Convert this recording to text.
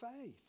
faith